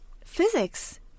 physics